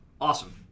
Awesome